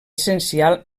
essencial